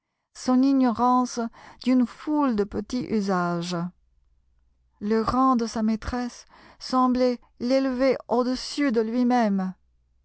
son ignorance d'une foule de petits usages le rang de sa maîtresse semblait l'élever au-dessus de lui-même